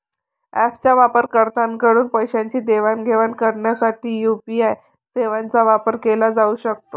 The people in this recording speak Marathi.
ऍपच्या वापरकर्त्यांकडून पैशांची देवाणघेवाण करण्यासाठी यू.पी.आय सेवांचा वापर केला जाऊ शकतो